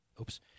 Oops